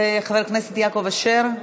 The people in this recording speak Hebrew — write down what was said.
חבר הכנסת יעקב אשר?